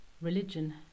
religion